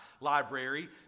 library